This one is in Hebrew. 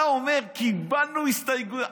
אתה אומר: קיבלנו הסתייגויות.